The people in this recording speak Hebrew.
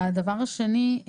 הדבר השני,